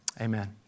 Amen